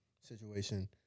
situation